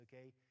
okay